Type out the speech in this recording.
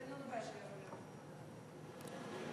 אין לנו בעיה שיעבור לוועדת הפנים.